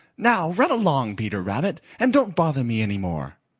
now run along, peter rabbit, and don't bother me any more.